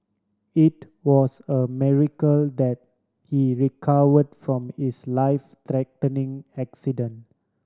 it was a miracle that he recovered from his life threatening accident